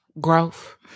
Growth